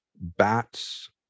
bats